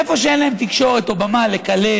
איפה שאין להם תקשורת או במה לקלל,